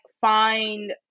find